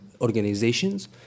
organizations